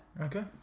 Okay